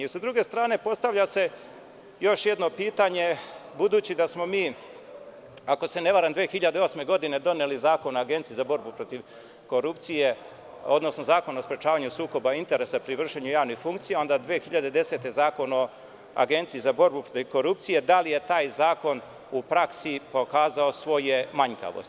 Sa druge strane, postavlja se još jedno pitanje, budući da smo mi, ako se ne varam, 2008. godine doneli zakon Agenciji za borbu protiv korupcije, odnosno zakon o sprečavanju sukoba interesa pri vršenju javne funkcije, onda 2010. zakon o Agenciji za borbu protiv korupcije, da li je taj zakon u praksi pokazao svoje manjkavosti?